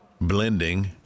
blending